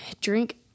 drink